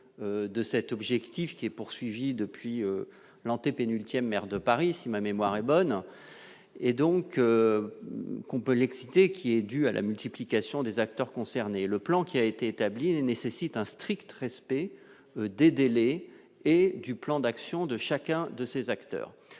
de cet objectif qui est poursuivi depuis l'antépénultième, maire de Paris, si ma mémoire est bonne, et donc qu'on peut l'excité qui est due à la multiplication des acteurs concernés, le plan qui a été établi et nécessite un strict respect des délais et du plan d'action de chacun de ces acteurs